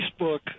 Facebook